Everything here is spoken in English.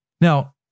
now